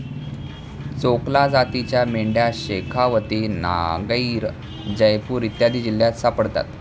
चोकला जातीच्या मेंढ्या शेखावती, नागैर, जयपूर इत्यादी जिल्ह्यांत सापडतात